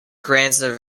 grandson